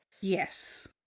Yes